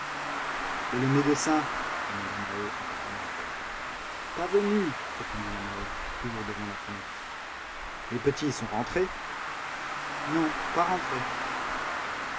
et le médecin demanda maheu en refermant la porte pas venu répondit la maheude toujours debout devant la fenêtre les petits sont rentrés non pas rentrés